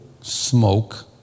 smoke